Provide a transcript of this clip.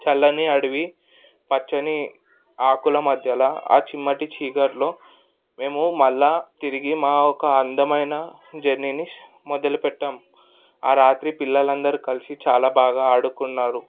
చల్లని అడవి పచ్చని ఆకుల మధ్యల చిమ్మాటి చీకట్లో మేము మళ్ళీ తిరిగి మా యొక అందమైన జర్నీని మొదలుపెట్టాం ఆ రాత్రి పిల్లలందరూ కలిసి రాత్రి చాలా బాగా ఆడుకున్నారు